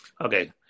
Okay